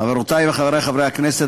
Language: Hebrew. חברותי וחברי הכנסת,